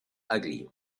ugly